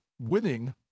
winning